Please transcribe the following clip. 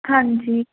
ਹਾਂਜੀ